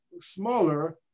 smaller